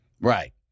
Right